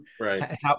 Right